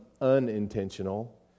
unintentional